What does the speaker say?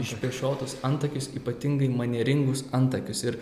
išpešiotus antakius ypatingai manieringus antakius ir